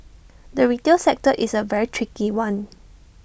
the retail sector is A very tricky one